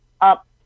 up